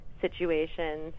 situations